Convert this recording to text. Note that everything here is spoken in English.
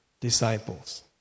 disciples